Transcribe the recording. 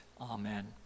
Amen